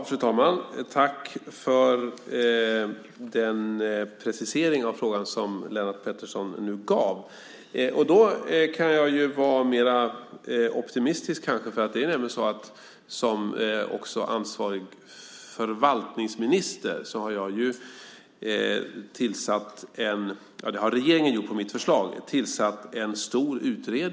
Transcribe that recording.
Fru talman! Tack för den preciseringen av frågan, Lennart Pettersson! Då kan jag kanske vara mer optimistisk, för regeringen har på förslag från mig som ansvarig förvaltningsminister tillsatt en stor utredning av hela myndighetsstrukturen.